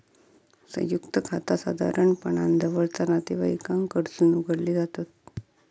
संयुक्त खाता साधारणपणान जवळचा नातेवाईकांकडसून उघडली जातत